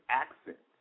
accent